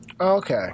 Okay